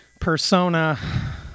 persona